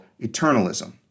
eternalism